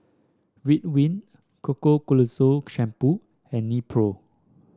Ridwind Ketoconazole Shampoo and Nepro